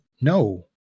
no